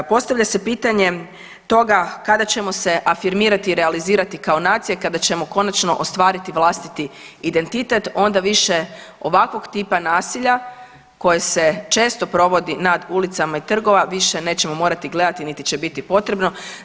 Postavlja se pitanje toga kada ćemo se afirmirati i realizirati kao nacija i kada ćemo konačno ostvariti vlastiti identitet onda više ovakvog tipa nasilja koje se često provodi nad ulicama i trgova više nećemo morati gledati, niti će biti potrebno.